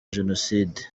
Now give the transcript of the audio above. jenoside